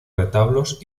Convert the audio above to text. retablos